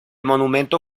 monumento